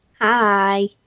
Hi